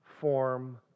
form